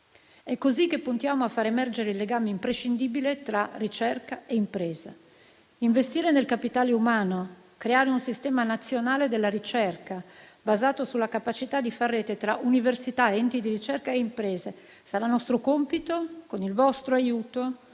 È così che puntiamo a far emergere il legame imprescindibile tra ricerca e impresa, investendo nel capitale umano e creando un sistema nazionale della ricerca basato sulla capacità di fare rete tra università, enti di ricerca e imprese. Sarà nostro compito, con il vostro aiuto,